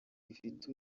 ifite